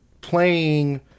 playing